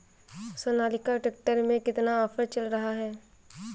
Sonalika tractor में कितना offer चल रहा है?